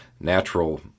natural